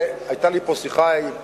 היתה לי פה שיחה עם היושב-ראש,